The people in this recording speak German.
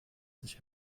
sich